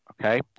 okay